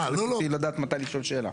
רק רציתי לדעת מתי לשאול שאלה.